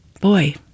boy